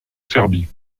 serbie